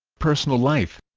personal life